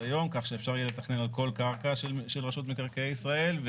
היום כך שאפשר יהיה לתכנן על כל קרקע של רשות מקרקעי ישראל,